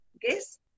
Guess